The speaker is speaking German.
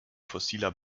fossiler